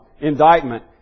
indictment